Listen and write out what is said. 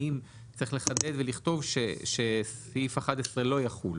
האם צריך לחדד ולכתוב שסעיף 11 לא יחול.